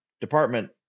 department